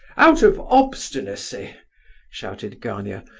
out of obstinacy shouted gania.